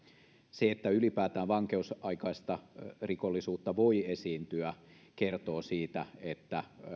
se että vankeusaikaista rikollisuutta ylipäätään voi esiintyä kertoo siitä että